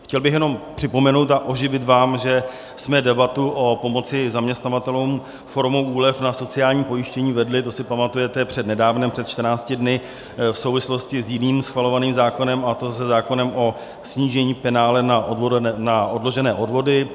Chtěl bych jenom připomenout a oživit vám, že jsme debatu o pomoci zaměstnavatelům formou úlev na sociální pojištění vedli, to si pamatujete, přednedávnem, před čtrnácti dny, v souvislosti s jiným schvalovaným zákonem, a to se zákonem o snížení penále na odložené odvody.